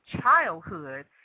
childhood